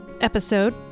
episode